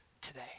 today